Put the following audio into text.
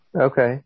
Okay